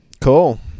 cool